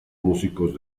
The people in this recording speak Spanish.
músicos